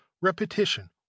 repetition